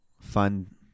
Fun